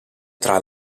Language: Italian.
tra